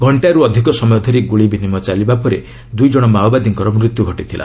ଘଣ୍ଟାଏରୁ ଅଧିକ ସମୟ ଧରି ଗୁଳି ବିନିମୟ ଚାଲିବା ପରେ ଦୁଇ କଣ ମାଓବାଦୀଙ୍କର ମୃତ୍ୟୁ ଘଟିଥିଲା